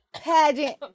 pageant